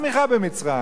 היתה צמיחה במצרים,